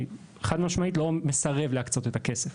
אני חד-משמעית לא מסרב להקצות את הכסף.